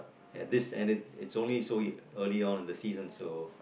at this end it's only so early on in the season so